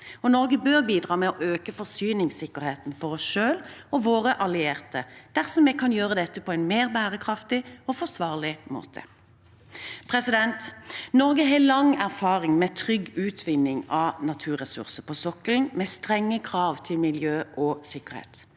Norge bør bidra med å øke forsyningssikkerheten for oss selv og våre allierte dersom vi kan gjøre dette på en mer bærekraftig og forsvarlig måte. Norge har lang erfaring med trygg utvinning av naturressurser på sokkelen, med strenge krav til miljø og sikkerhet.